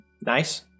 Nice